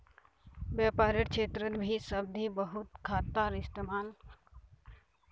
व्यापारेर क्षेत्रतभी सावधि खाता बहुत इस्तेमाल कराल जा छे